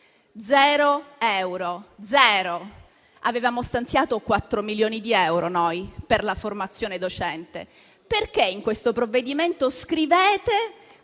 Zero euro. Noi avevamo stanziato 4 milioni di euro per la formazione del corpo docente. Perché in questo provvedimento scrivete